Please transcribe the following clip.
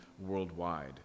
worldwide